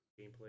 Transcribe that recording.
gameplay